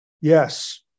Yes